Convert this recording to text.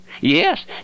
Yes